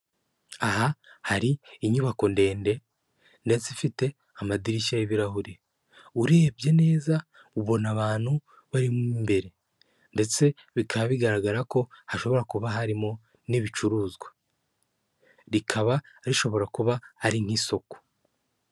Aha hari inyubako ndende ndetse ifite amadirishya y'ibirahure urebye neza ubona abantu barimo imbere ndetse bikaba bigaragara ko hashobora kuba harimo n'ibicuruzwa rikaba rishobora kuba ari nk'isoko.